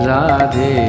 Radhe